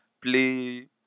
play